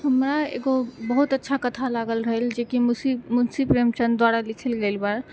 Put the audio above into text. हमरा एगो बहुत अच्छा कथा लागल रहैल जे कि मुंशी प्रेमचन्द द्वारा लिखल गैल बा